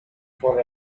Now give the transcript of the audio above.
for